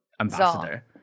ambassador